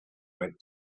went